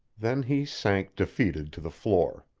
then he sank defeated to the floor.